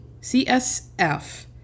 CSF